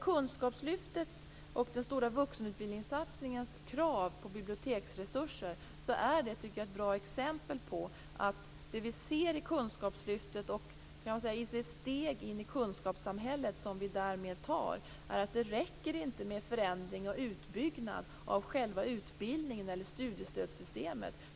Kunskapslyftets och den stora vuxenutbildningssatsningens krav på biblioteksresurser är ett bra exempel på att det inte räcker med förändring och utbyggnad av själva utbildningen eller studiestödssystemet när vi tar det steg in i kunskapssamhället som bl.a. kunskapslyftet innebär.